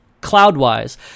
cloud-wise